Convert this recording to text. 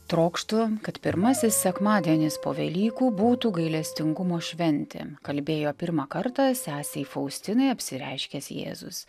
trokštu kad pirmasis sekmadienis po velykų būtų gailestingumo šventė kalbėjo pirmą kartą sesei faustinai apsireiškęs jėzus